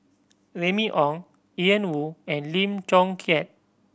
Remy Ong Ian Woo and Lim Chong Keat